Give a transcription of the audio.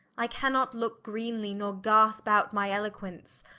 i cannot looke greenely, nor gaspe out my eloquence,